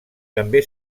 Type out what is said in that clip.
també